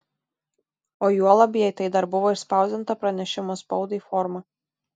o juolab jei tai dar buvo išspausdinta pranešimo spaudai forma